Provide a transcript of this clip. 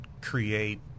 create